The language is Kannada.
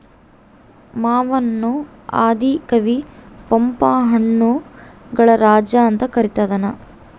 ಮಾವನ್ನು ಆದಿ ಕವಿ ಪಂಪ ಹಣ್ಣುಗಳ ರಾಜ ಅಂತ ಕರದಾನ